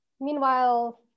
meanwhile